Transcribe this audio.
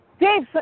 Dave